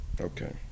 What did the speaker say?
Okay